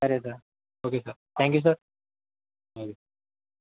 సరే sir okay sir thank you sir okay